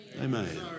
Amen